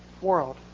world